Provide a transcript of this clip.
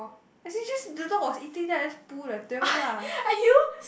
actually just the dog was eating then I just pull the tail lah